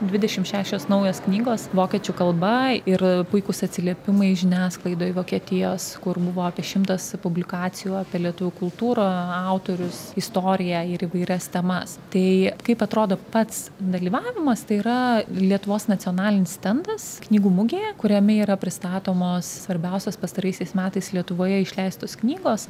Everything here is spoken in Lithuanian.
dvidešimt šešios naujos knygos vokiečių kalba ir puikūs atsiliepimai žiniasklaidoje vokietijos kur buvo apie šimtas publikacijų apie lietuvių kultūrą autorius istoriją ir įvairias temas tai kaip atrodo pats dalyvavimas tai yra lietuvos nacionalinis stendas knygų mugėje kuriame yra pristatomos svarbiausios pastaraisiais metais lietuvoje išleistos knygos